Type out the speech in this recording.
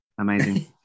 Amazing